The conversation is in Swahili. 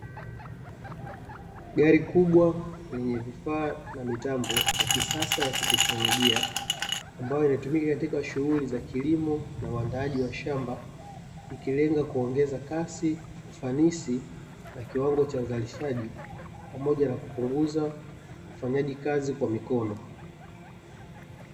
Gari kubwa lenye vifaa na mitambo ya kisasa ya kiteknolojia, ambayo inatumika katika shughuli za kilimo na uandaaji wa shamba; ikilenga kuongeza kasi, ufanisi na kiwango cha uzalishaji pamoja na kupunguza ufanyaji kazi kwa mikono.